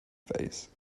phase